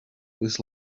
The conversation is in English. with